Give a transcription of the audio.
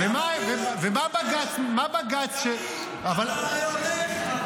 ומה בג"ץ --- קרעי, אתה הרי --- אין לך ברירה.